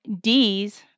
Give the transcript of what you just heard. D's